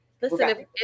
Listen